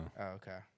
Okay